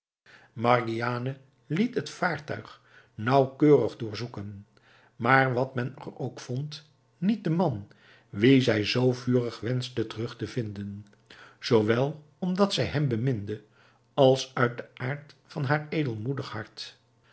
margiane liet het vaartuig naauwkeurig doorzoeken maar wat men er ook vond niet den man wien zij zoo vurig wenschte terug te vinden zoowel omdat zij hem beminde als uit den aard van haar edelmoedig hart